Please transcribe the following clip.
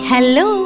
Hello